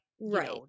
right